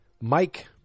Mike